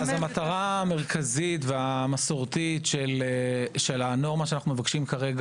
המטרה המרכזית והמסורתית של הנורמה שאנו מבקשים כעת